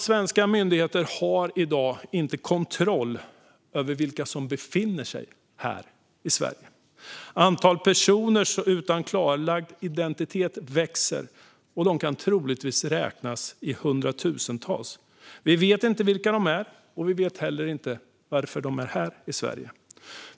Svenska myndigheter har i dag inte kontroll över vilka som befinner sig här i Sverige. Antalet personer utan klarlagd identitet växer och kan troligtvis räknas i hundratusental. Vi vet inte vilka de är, och vi vet heller inte varför de är här i Sverige.